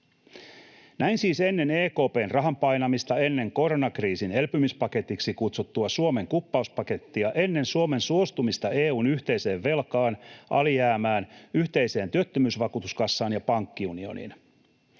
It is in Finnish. Näin siis ennen EKP:n rahan painamista, ennen koronakriisin elpymispaketiksi kutsuttua Suomen-kuppauspakettia, ennen Suomen suostumista EU:n yhteiseen velkaan, alijäämään, yhteiseen työttömyysvakuutuskassaan ja pankkiunioniin.